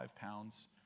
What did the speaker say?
pounds